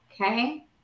Okay